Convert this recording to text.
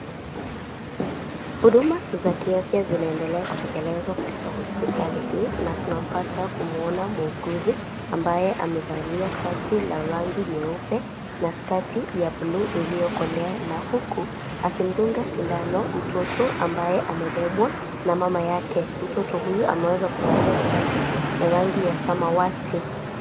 Huduma za kiafya zineendelea kutekelezwa kwa hospitali hii na tunapata kumuona muuguzi ambaye amevalia shati la rangi nyeupe na sketi ya buluu iliyo kolea na huku akimduga sindano mtoto ambaye amebebwa na mama yake. Mtoto huyu ameweza kuvalia shati ya rangi ya samawati.